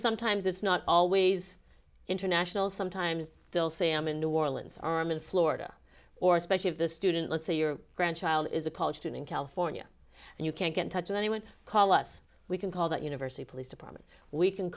sometimes it's not always international sometimes they'll say i'm in new orleans are i'm in florida or especially if the student let's say your grandchild is a college student california and you can't get in touch with anyone call us we can call that university police department we can